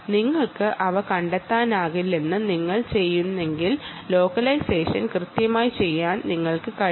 നിങ്ങൾക്ക് അവ കണ്ടെത്താനാകില്ലെങ്കിൽ ലോക്കലൈസേഷൻ കൃത്യമായി ചെയ്യാൻ നിങ്ങൾക്ക് കഴിയില്ല